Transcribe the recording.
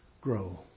grow